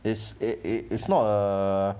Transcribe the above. it's a it's not a